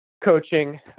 coaching